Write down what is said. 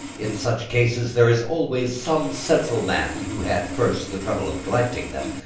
in such cases there is always some central man who had first the trouble of collecting them,